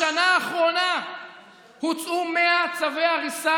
בשנה האחרונה הוצאו 100 צווי ההריסה